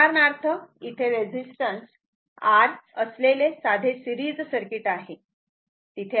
उदाहरणार्थ इथे resistance R असलेले साधे सिरीज सर्किट आहे